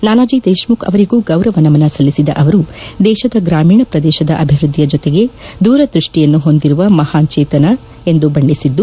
ನಾನಾಜಿ ದೇಶ್ಮುಖ್ ಅವರಿಗೂ ಗೌರವ ನಮನ ಸಲ್ಲಿಸಿದ ಅವರು ದೇಶದ ಗ್ರಾಮೀಣ ಪ್ರದೇಶದ ಅಭಿವ್ಯದ್ವಿಯ ಜತೆಗೆ ದೂರದೃಷ್ಟಿಯನ್ನು ಹೊಂದಿರುವ ಮಹಾನ್ ಚೇತನ ಎಂದು ಬಣ್ಣಿಸಿದ್ದಾರೆ